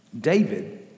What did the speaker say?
David